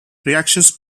reactions